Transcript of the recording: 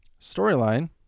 Storyline